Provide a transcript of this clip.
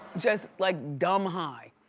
just like dumb high,